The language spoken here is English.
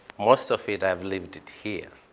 most of it, i've lived it here,